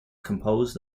composed